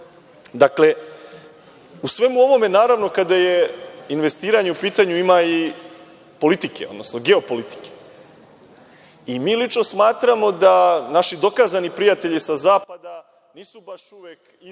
u svemu ovome, naravno, kada je investiranje u pitanju ima i politike, odnosno geopolitike. Mi lično smatramo da naši dokazani prijatelji sa zapada nisu baš uvek idealni